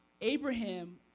Abraham